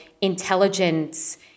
intelligence